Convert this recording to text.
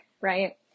right